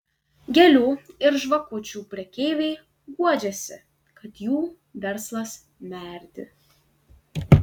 gėlių ir žvakučių prekeiviai guodžiasi kad jų verslas merdi